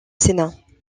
sénat